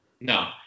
No